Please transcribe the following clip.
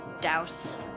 douse